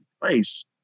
place